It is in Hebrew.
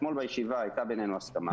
אתמול בישיבה הייתה בינינו הסכמה.